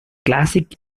classic